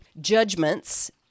judgments